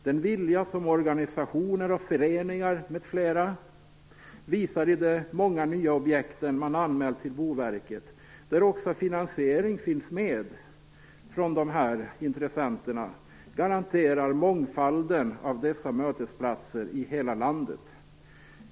Den vilja som organisationer och föreningar m.fl. visar i och med de många nya objekt som anmäls till Boverket, där de här intressenterna också redovisar en finansiering, garanterar mångfalden av dessa mötesplatser i hela landet.